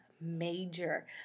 major